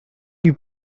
you